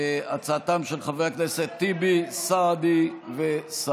הצעתם של חברי הכנסת טיבי, סעדי וסאלח.